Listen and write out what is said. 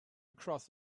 across